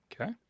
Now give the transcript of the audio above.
Okay